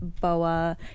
boa